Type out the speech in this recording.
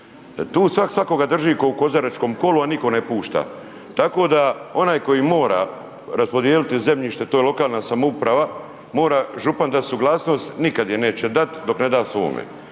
svakoga drži kao u kozaračkom kolu, a nitko ne pušta, tako da onaj koji mora raspodijeliti zemljište, to je lokalna samouprava, mora župan dati suglasnost, nikad je neće dati dok ne da svome.